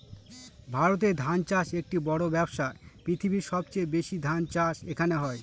ভারতে ধান চাষ একটি বড়ো ব্যবসা, পৃথিবীর সবচেয়ে বেশি ধান চাষ এখানে হয়